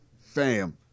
Fam